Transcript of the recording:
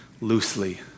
loosely